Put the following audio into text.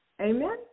Amen